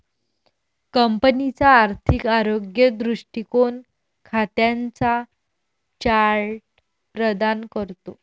कंपनीचा आर्थिक आरोग्य दृष्टीकोन खात्यांचा चार्ट प्रदान करतो